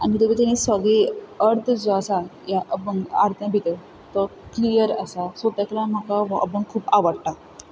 आनी तितूंत भितर सगळो अर्थ जो आसा ह्या अभंग आर्त्यां भितर तो क्लिअर आसा सो ताका लागून हो म्हाका अभंग खूब आवडटा